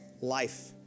life